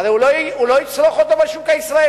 הרי הוא לא יצרוך אותו בשוק הישראלי,